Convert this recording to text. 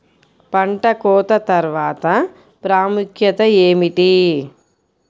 పంట కోత తర్వాత ప్రాముఖ్యత ఏమిటీ?